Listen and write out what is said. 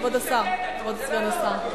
כבוד סגן השר.